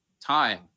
time